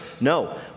No